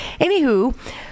Anywho